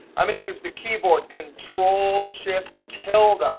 i'm going to use the keyboard control shift tilde.